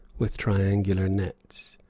with triangular nets.